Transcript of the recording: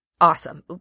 awesome